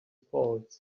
falls